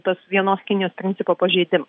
tos vienos kinijos principo pažeidimas